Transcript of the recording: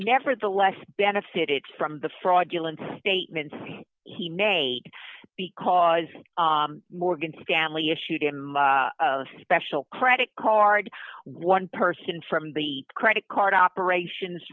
nevertheless benefited from the fraudulent statements he made because morgan stanley issued in my own special credit card one person from the credit card operations